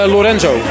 Lorenzo